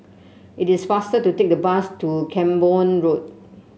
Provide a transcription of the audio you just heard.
it is faster to take the bus to Camborne Road